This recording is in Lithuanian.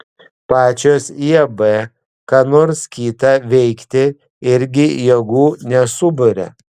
pačios iab ką nors kitą veikti irgi jėgų nesuburia